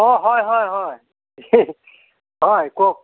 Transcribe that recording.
অঁ হয় হয় হয় হয় কওঁক